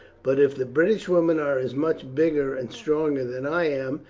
but if the british women are as much bigger and stronger than i am,